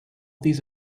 these